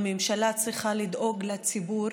הממשלה צריכה לדאוג לציבור.